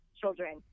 children